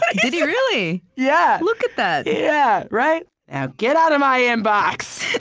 did he really? yeah! look at that yeah, right? now get out of my inbox.